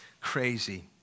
crazy